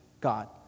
God